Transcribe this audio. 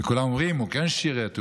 וכולם אומרים: הוא כן שירת,